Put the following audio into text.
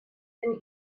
than